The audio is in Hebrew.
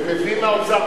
ומביא מהאוצר,